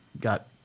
got